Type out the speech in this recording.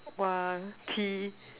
!wah!